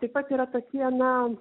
taip pat yra tokie na